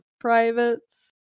privates